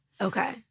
Okay